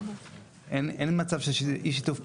אין מצב שיש אי-שיתוף פעולה.